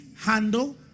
handle